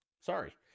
Sorry